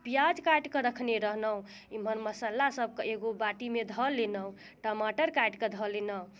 पियाज काटि कऽ रखने रहलहुँ इमहर मसाला सब कऽ एगो बाटीमे धऽ लेलहुँ टमाटर काटि कऽ धऽ लेलहुँ